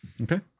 Okay